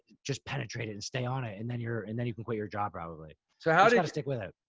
just penetrate it and stay on it. and then you're, and then you can quit your job probably. so how are you gonna stick with it?